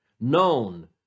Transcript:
known